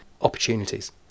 opportunities